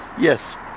Yes